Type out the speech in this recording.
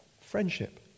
friendship